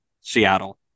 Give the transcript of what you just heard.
Seattle